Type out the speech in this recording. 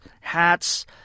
hats